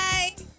Bye